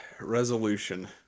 resolution